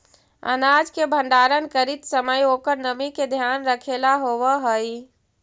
अनाज के भण्डारण करीत समय ओकर नमी के ध्यान रखेला होवऽ हई